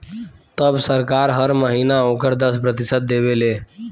तब सरकार हर महीना ओकर दस प्रतिशत देवे ले